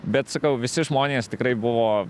bet sakau visi žmonės tikrai buvo